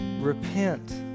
repent